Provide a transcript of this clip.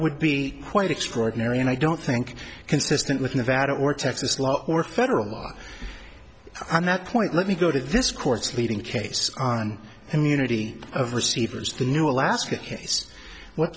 would be quite extraordinary and i don't think consistent with nevada or texas law or federal law on that point let me go to this court's leading case on immunity of receivers the new alaska